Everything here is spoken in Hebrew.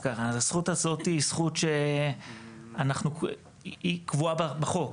הזכות הזאת היא זכות שהיא קבועה בחוק.